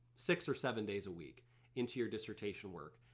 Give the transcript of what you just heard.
six or seven days a week into your dissertation work,